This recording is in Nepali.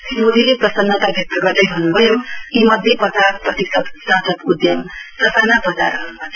श्री मोदीले प्रसन्नता व्यक्त गर्दै भन्नु भयो यी मध्ये पचास प्रतिशत स्टार्टअप उद्यम स साना बजारहरूमा छन्